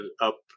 up